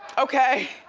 okay.